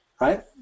right